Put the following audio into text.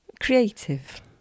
Creative